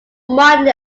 modeling